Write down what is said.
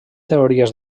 teories